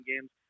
games